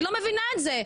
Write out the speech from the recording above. אני לא מבינה את זה,